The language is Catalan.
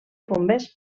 bombers